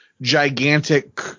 gigantic